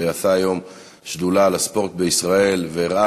שעשה היום שדולה לספורט בישראל והראה